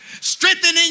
Strengthening